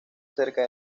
cerca